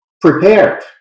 prepared